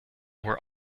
were